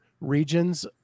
regions